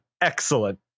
Excellent